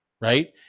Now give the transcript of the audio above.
right